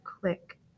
click